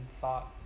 thought